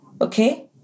Okay